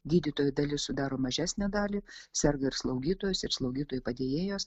gydytojų dalis sudaro mažesnę dalį serga ir slaugytojos ir slaugytojų padėjėjos